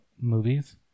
movies